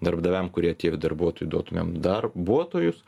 darbdaviam kurie tie darbuotojų duotumėm darbuotojus